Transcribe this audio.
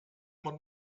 man